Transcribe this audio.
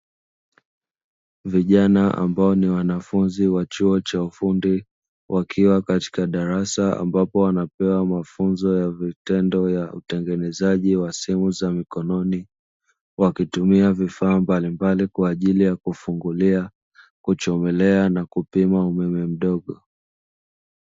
Vijana ambao ni wanafunzi wa chuo cha ufundi, wakiwa katika darasa ambapo wanapewa mafunzo ya vitendo ya utengenezaji wa simu za mkononi, wakitumia vifaa mbalimbali kwa ajili ya kufungulia, kuchomelea na kupima umeme mdogo.